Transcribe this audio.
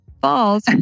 Falls